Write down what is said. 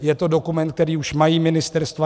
Je to dokument, který už mají ministerstva.